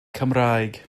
cymraeg